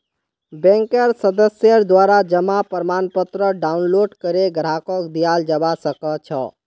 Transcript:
बैंकेर सदस्येर द्वारा जमा प्रमाणपत्र डाउनलोड करे ग्राहकक दियाल जबा सक छह